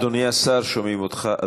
אדוני השר, שומעים אותך.